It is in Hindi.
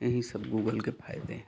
यही सब गूगल के फ़ायदे हैं